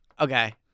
Okay